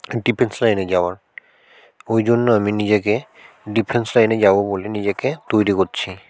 defence লাইনে যাওয়ার ওই জন্য আমি নিজেকে ডিফেন্স লাইনে যাবো বলে নিজেকে তৈরি করছি